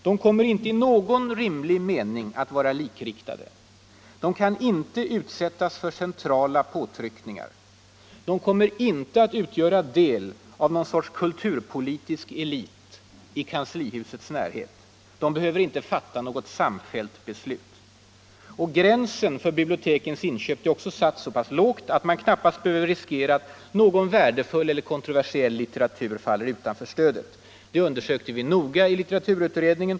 De kommer inte att i någon rimlig mening vara likriktade, kan inte utsättas för centrala påtryckningar, kommer inte att utgöra del av någon sorts kulturpolitisk elit i kanslihusets närhet. De behöver inte fatta något samfällt beslut. Gränsen för bibliotekens inköp är också satt så pass lågt att man knappast behöver riskera att någon värdefull eller kontroversiell litteratur faller utanför stödet. Det undersökte vi noga i litteraturutredningen.